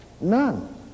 None